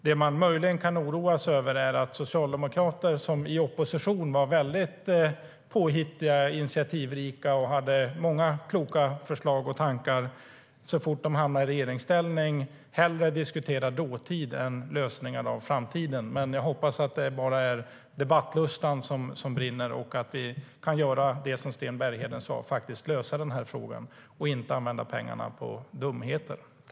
Det man möjligen kan oroa sig över är att socialdemokrater som i opposition var väldigt påhittiga och initiativrika och hade många kloka förslag och tankar hellre diskuterar dåtid än lösningar inför framtiden så fort de hamnat i regeringsställning. Men jag hoppas att det bara är debattlustan som brinner och att vi kan göra det som Sten Bergheden sa: lösa den här frågan och inte använda pengarna till dumheter.